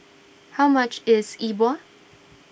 how much is E Bua